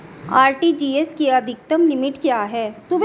RTGS की अधिकतम limit क्या है?